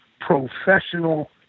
professional